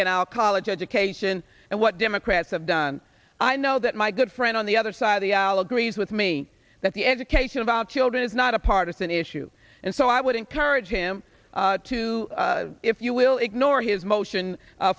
in our college education and what democrats have done i know that my good friend on the other side of the allegories with me that the education of our children is not a partisan issue and so i would encourage him to if you will ignore his motion